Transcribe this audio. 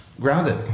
grounded